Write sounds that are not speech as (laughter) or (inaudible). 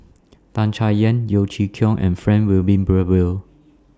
(noise) Tan Chay Yan Yeo Chee Kiong and Frank Wilmin Brewer